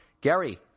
Gary